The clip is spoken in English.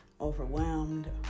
overwhelmed